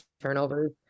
turnovers